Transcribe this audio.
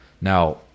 Now